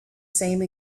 same